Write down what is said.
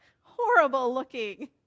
horrible-looking